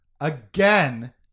again